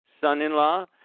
son-in-law